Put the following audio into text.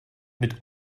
mit